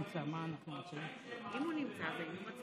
יהודים לא נעצרו בפשעים שהם עשו במאי וביוני.